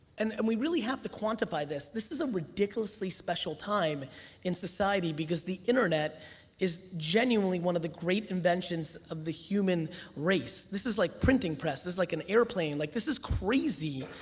and and we really have to quantify this, this is a ridiculously special time in society because the internet is genuinely one of the great inventions of the human race. this is like printing press, this is like an airplane, like this is crazy!